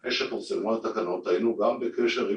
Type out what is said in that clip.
לפני שפורסמו התקנות היינו גם בקשר עם